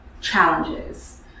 challenges